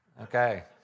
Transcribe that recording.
okay